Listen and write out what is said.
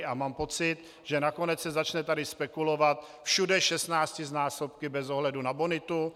A mám pocit, že nakonec se začne tady spekulovat všude 16násobky bez ohledu na bonitu.